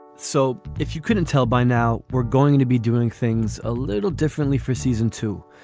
so if you couldn't tell by now we're going to be doing things a little differently for season two.